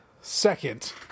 second